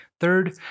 Third